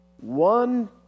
one